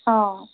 অ